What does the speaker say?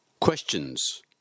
Questions